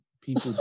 people